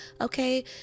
Okay